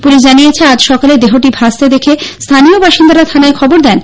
police জানিয়েছে আজ সকালে দেহটি ভাসতে দেখে স্থানীয় বাসিন্দারা থানায় খবর দেন